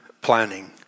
planning